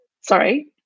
Sorry